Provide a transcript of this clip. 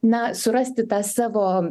na surasti tą savo